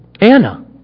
Anna